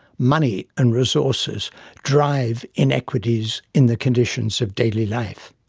money and resources drives inequities in the conditions of daily life.